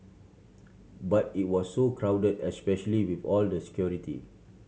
but it was so crowded especially with all the security